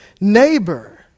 neighbor